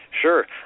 Sure